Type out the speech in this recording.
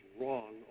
wrong